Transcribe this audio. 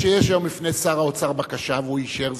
נדמה לי שיש היום בפני שר האוצר בקשה והוא אישר זאת.